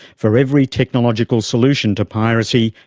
for every technological solution to piracy,